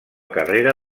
carrera